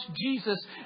Jesus